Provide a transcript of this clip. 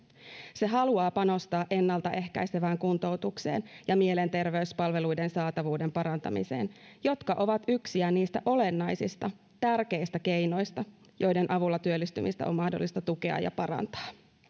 se haluaa panostaa ennalta ehkäisevään kuntoutukseen ja mielenterveyspalveluiden saatavuuden parantamiseen jotka ovat yksiä niistä olennaisista tärkeistä keinoista joiden avulla työllistymistä on mahdollista tukea ja parantaa